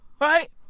Right